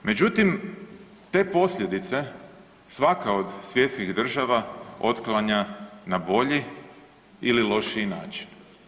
Međutim te posljedice svaka od svjetskih država otklanja na bolji ili lošiji način.